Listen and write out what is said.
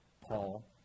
Paul